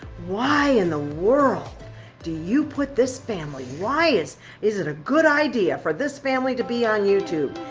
why in the world do you put this family, why is is it a good idea for this family to be on youtube?